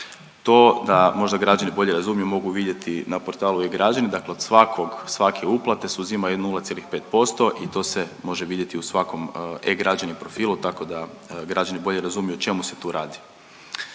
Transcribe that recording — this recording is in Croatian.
To da možda građani bolje razumiju mogu vidjeti na portalu e-građani. Dakle od svakog od svake uplate se uzima 0,5% i to se može vidjeti u svakom e-građani profilu tako da građani bolje razumiju o čemu se tu radi.